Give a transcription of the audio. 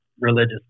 religious